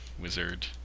Wizard